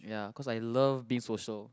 ya cause I love being social also